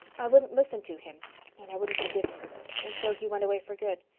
i wouldn't listen to him and i wouldn't forgive him and so he went away for good.